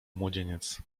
młodzieniec